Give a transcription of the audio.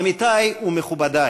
עמיתי ומכובדי